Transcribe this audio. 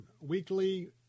weekly